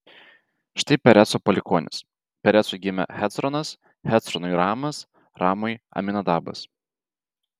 štai pereco palikuonys perecui gimė hecronas hecronui ramas ramui aminadabas